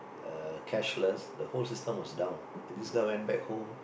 uh cashless the whole system was down and this guy went back home